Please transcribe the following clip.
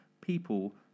people